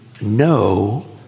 no